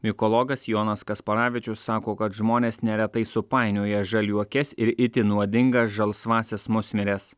mikologas jonas kasparavičius sako kad žmonės neretai supainioja žaliuokes ir itin nuodingas žalsvąsias musmires